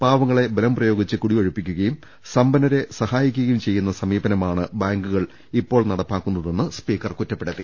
പാവ ങ്ങളെ ബലംപ്രയോഗിച്ച് കുടിയൊഴിപ്പിക്കുകയും സമ്പന്നരെ സഹായിക്കു കയും ചെയ്യുന്ന സമീപനമാണ് ബാങ്കുകൾ ഇപ്പോൾ നടപ്പാക്കുന്നതെന്ന് സ്പീക്കർ കുറ്റപ്പെടുത്തി